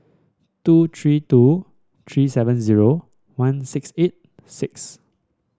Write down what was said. two three two three seven zero one six eight six